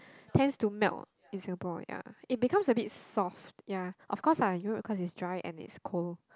tends to melt in Singapore ya it becomes a bit soft ya of course lah you of course is dry and is cold